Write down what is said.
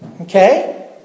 Okay